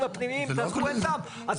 רישוי ארצי עמוד 15. מהנדס מוסד